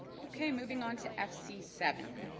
okay moving on to f c seven